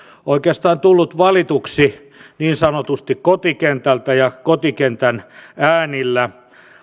oikeastaan tulleet valituiksi niin sanotusti kotikentältä ja kotikentän äänillä